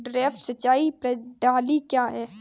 Drip सिंचाई प्रणाली क्या है?